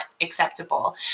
acceptable